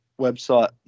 website